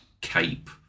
cape